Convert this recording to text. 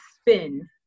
spin